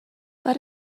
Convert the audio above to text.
but